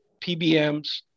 PBMs